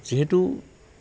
যিহেতু